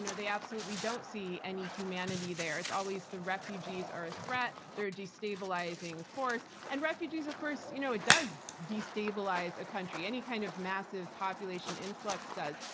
they absolutely don't see any humanity there. it's always the refugees are a threat, they're a destabilizing force and refugees of course you know it does destabilize a country. any kind of massive population influx does.